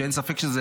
שאין ספק שזה